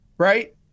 Right